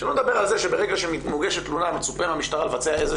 שלא לדבר על זה שברגע שמוגשת תלונה מצופה מהמשטרה לבצע איזה